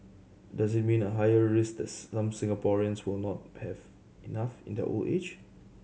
does it mean a higher risk this some Singaporeans will not have enough in their old age